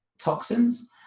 toxins